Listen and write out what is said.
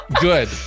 good